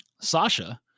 Sasha